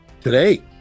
today